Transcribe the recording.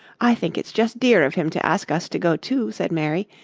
i think it's just dear of him to ask us to go, too, said mary.